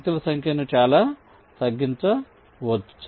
పంక్తుల సంఖ్యను చాలా తగ్గించవచ్చు